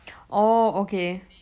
oh okay